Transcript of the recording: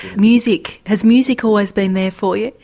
music, has music always been there for you?